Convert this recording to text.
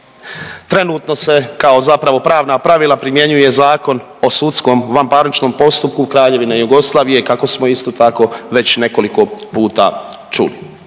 Trenutno se kao zapravo pravna pravila primjenjuje Zakon o sudskom vanparničnom postupku Kraljevine Jugoslavije kako smo isto tako, već nekoliko puta čuli.